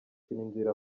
inzira